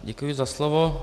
Děkuji za slovo.